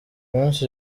munsi